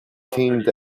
themed